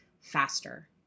faster